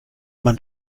man